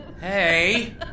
hey